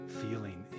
feeling